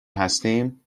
هستیم